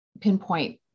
pinpoint